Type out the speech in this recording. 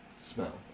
smell